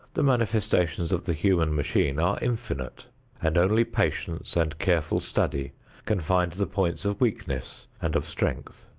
the manifestations of the human machine are infinite and only patience and careful study can find the points of weakness and of strength.